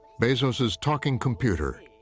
bezos's talking computer,